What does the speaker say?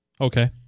Okay